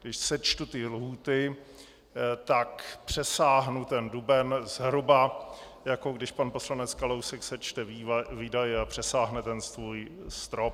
Když sečtu ty lhůty, tak přesáhnu duben zhruba, jako když pan poslanec Kalousek sečte výdaje a přesáhne ten svůj strop.